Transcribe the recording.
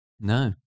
No